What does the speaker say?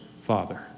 Father